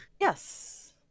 Yes